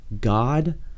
God